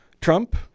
Trump